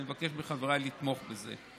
ואני מבקש מחבריי לתמוך בזה.